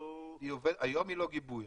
היום היא לא גיבוי,